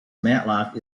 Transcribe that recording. matlock